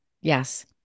yes